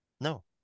no